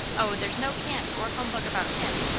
oh, there's no cant or humbug about him,